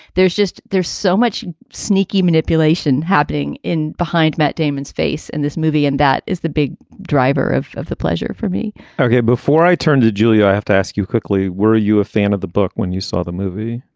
there's just there's so much sneaky manipulation happening in behind matt damon's face in this movie. and that is the big driver of of the pleasure for me okay. before i turn to julia, i have to ask you quickly, were you a fan of the book when you saw the movie?